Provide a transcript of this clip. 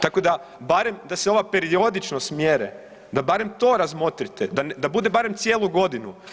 Tako da barem da se ova periodičnost mjere da barem to razmotrite, da bude barem cijelu godinu.